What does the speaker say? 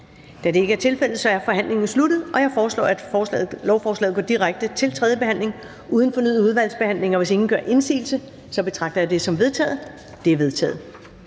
Da det ikke er tilfældet, er forhandlingen sluttet. Jeg foreslår, at lovforslaget går direkte til tredje behandling uden fornyet udvalgsbehandling, og hvis ingen gør indsigelse, betragter jeg det som vedtaget. Det er vedtaget.